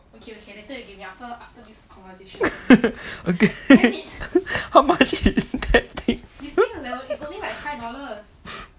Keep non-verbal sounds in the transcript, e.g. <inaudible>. <laughs> okay how much is that thing